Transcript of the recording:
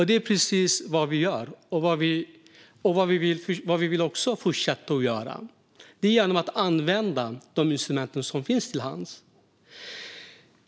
Det är precis det som vi gör och som vi vill fortsätta göra, alltså att använda de instrument som finns till hands.